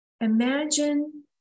Imagine